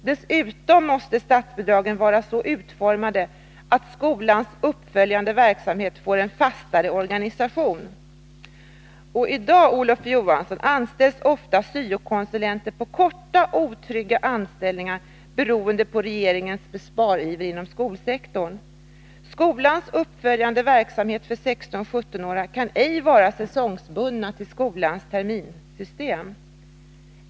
Dessutom måste statsbidragen vara så utformade att skolans uppföljande verksamhet får en fastare organisation. I dag, Olof Johansson, anställs ofta syo-konsulenter på kortvariga, otrygga anställningar beroende på regeringens besparingsiver inom skolsektorn. Skolans uppföljande verksamhet för 16-17-åringar kan ej vara säsongbunden och knuten till skolans terminssystem.